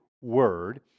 word